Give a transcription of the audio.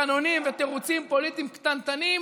מאחורי תקנונים ותירוצים פוליטיים קטנטנים,